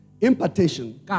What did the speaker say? Impartation